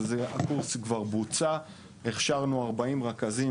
אבל הקורס כבר בוצע והכשרנו 40 רכזים